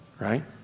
Right